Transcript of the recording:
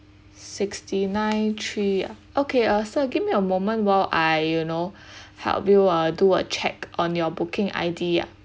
sixty nine three ah okay uh sir give me a moment while I you know help you uh do a check on your booking I_D ah